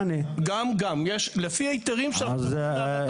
גם באישור ביטחון פנים וגם באישור